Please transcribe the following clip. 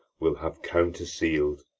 will have counter-seal'd.